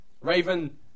Raven